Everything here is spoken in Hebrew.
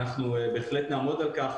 בהחלט נעמוד על כך.